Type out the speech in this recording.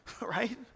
right